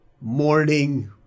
morning